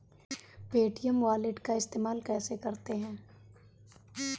Paytm wallet का इस्तेमाल कैसे करते हैं?